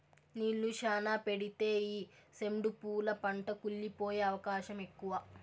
నీళ్ళు శ్యానా పెడితే ఈ సెండు పూల పంట కుళ్లి పోయే అవకాశం ఎక్కువ